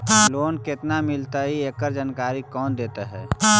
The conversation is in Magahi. लोन केत्ना मिलतई एकड़ जानकारी कौन देता है?